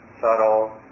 subtle